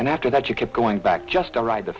and after that you kept going back just to write the